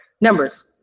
numbers